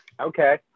okay